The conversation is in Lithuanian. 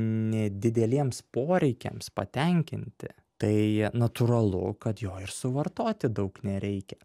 nedideliems poreikiams patenkinti tai natūralu kad jo ir suvartoti daug nereikia